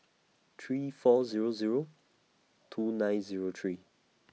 three four Zero Zero two nine Zero three